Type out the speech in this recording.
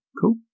cool